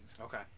okay